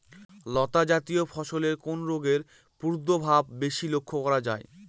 লতাজাতীয় ফসলে কোন রোগের প্রাদুর্ভাব বেশি লক্ষ্য করা যায়?